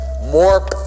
more